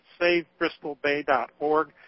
SaveBristolBay.org